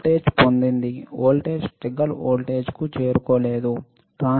voltage పొందింది voltage trigger వోల్టేజ్కు చేరుకోలేదు